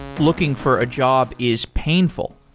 looking for a job is painful,